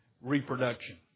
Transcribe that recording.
reproduction